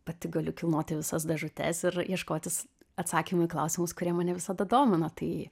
pati galiu kilnoti visas dėžutes ir ieškotis atsakymų į klausimus kurie mane visada domino tai